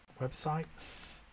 websites